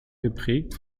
geprägt